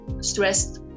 stressed